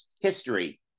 history